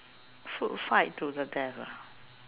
food fight to the death ah